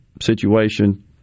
situation